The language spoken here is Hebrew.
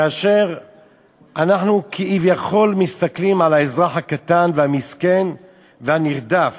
כאשר אנחנו כביכול מסתכלים על האזרח הקטן המסכן והנרדף.